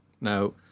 now